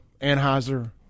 Anheuser